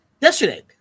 Yesterday